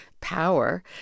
power